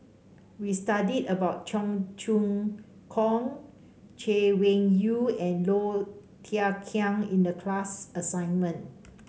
we studied about Cheong Choong Kong Chay Weng Yew and Low Thia Khiang in the class assignment